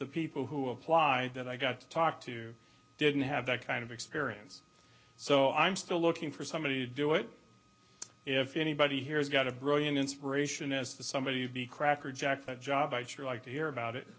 the people who applied that i got to talk to didn't have that kind of experience so i'm still looking for somebody to do it if anybody here has got a brilliant inspiration as the somebody would be crackerjack job i'd sure like to hear about it